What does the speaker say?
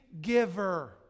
giver